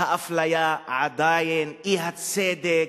האפליה עדיין קיימת, האי-צדק,